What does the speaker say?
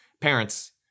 parents